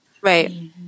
Right